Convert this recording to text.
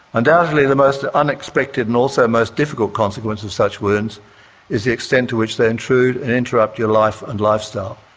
undoubtedly the most unexpected and also most difficult consequence of such wounds is the extent to which they intrude and interrupt your life and lifestyle.